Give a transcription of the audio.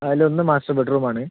അതിൽ ഒന്ന് master bedroom ആണ്